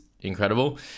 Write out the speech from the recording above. incredible